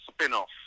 spin-off